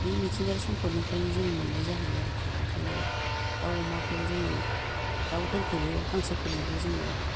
बि मिथिंगायारि सम्फदनिफ्रायनो जों मोननाय जाहैयो आरोखि ओंखायनो दाउ अमाखोबो जों दाउफोरखोबो हांसोफोरनोबो जोङो